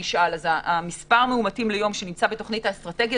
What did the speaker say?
מספר המאומתים ליום שנמצא בתוכנית האסטרטגיה